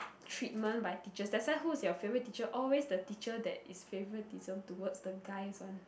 treatment by teachers that's why who is your favorite teacher always the teacher that is favoritism towards the guys one